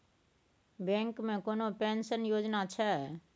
Bank मे कोनो pension योजना छै?